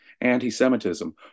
anti-Semitism